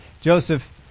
Joseph